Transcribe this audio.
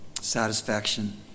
Satisfaction